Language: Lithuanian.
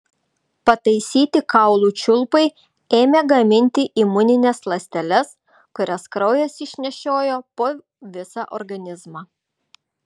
pataisyti kaulų čiulpai ėmė gaminti imunines ląsteles kurias kraujas išnešiojo po visą organizmą